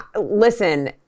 listen